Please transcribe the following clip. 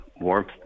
warmth